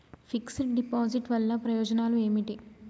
Fix డ్ deposit వల్ల ప్రయోజనాలు ఏమిటి?